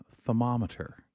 thermometer